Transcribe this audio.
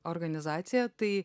organizaciją tai